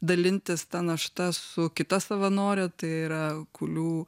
dalintis ta našta su kita savanore tai yra kulių